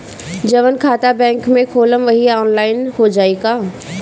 जवन खाता बैंक में खोलम वही आनलाइन हो जाई का?